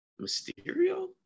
Mysterio